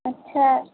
अच्छा